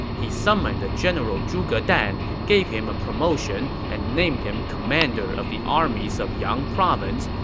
he summoned the general zhuge dan, gave him a promotion and named him commander of the armies of yang province,